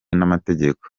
n’amategeko